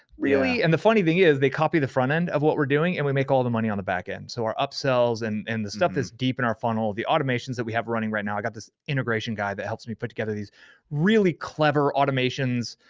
really? and the funny thing is they copy the front-end of what we're doing and we make all the money on the back-end. so our upsells and and the stuff that's deep in our funnel, the automations that we have running right now. i've got this integration guy that helps me put together these really clever automations.